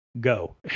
Go